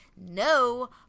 no